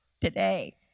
today